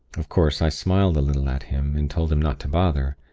of course, i smiled a little at him, and told him not to bother.